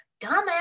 dumbass